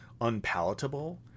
unpalatable